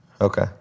Okay